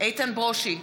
איתן ברושי,